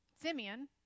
Simeon